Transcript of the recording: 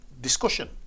discussion